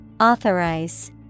Authorize